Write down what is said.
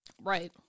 Right